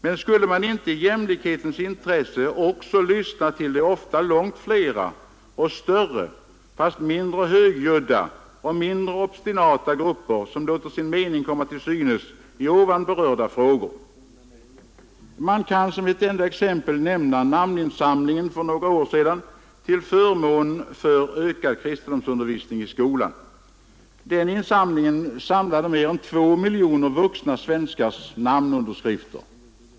Men borde man inte i jämlikhetens intresse också lyssna till de ofta långt flera och större fast mindre högljudda och mindre obstinata grupper som låter sin mening komma till synes i nyss berörda frågor? Jag kan som ett enda exempel nämna namninsamlingen för några år sedan till förmån för ökad kristendomsundervisning i skolan. Den samlade mer än två miljoner vuxna svenskars namnunderskrifter.